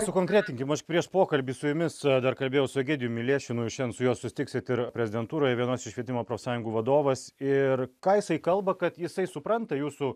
sukonkretinkim aš prieš pokalbį su jumis dar kalbėjau su egidijumi milešinu šiandien su juo susitiksite ir prezidentūroje vienos švietimo profsąjungų vadovas ir ką jisai kalba kad jisai supranta jūsų